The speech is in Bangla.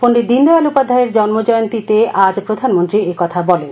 পণ্ডিত দীনদয়াল উপাধ্যায়ের জন্ম জয়ন্তীতে আজ প্রধানমন্ত্রী একথা বলেন